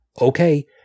okay